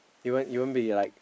you won't you won't be like